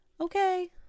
Okay